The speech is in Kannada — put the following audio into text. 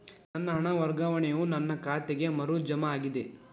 ನನ್ನ ಹಣ ವರ್ಗಾವಣೆಯು ನನ್ನ ಖಾತೆಗೆ ಮರು ಜಮಾ ಆಗಿದೆ